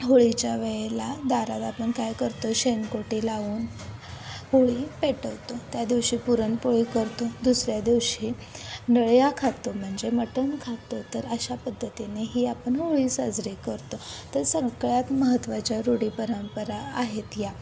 होळीच्या वेळेला दारात आपण काय करतो शेणकोटी लावून होळी पेटवतो त्या दिवशी पुरणपोळी करतो दुसऱ्या दिवशी नळ्या खातो म्हणजे मटन खातो तर अशा पद्धतीने ही आपण होळी साजरी करतो तर सगळ्यात महत्त्वाच्या रूढी परंपरा आहेत या